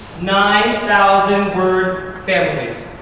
nine thousand word families.